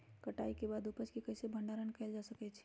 कटाई के बाद उपज के कईसे भंडारण कएल जा सकई छी?